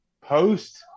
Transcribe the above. post